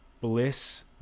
bliss